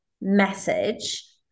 message